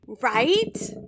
Right